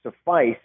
suffice